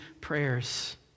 prayers